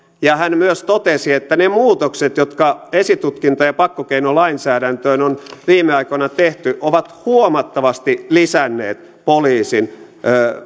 ja hän myös totesi että ne muutokset jotka esitutkinta ja pakkokeinolainsäädäntöön on viime aikoina tehty ovat huomattavasti lisänneet poliisin